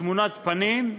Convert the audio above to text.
תמונת פנים,